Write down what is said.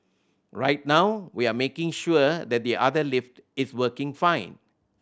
right now we are making sure that the other lift is working fine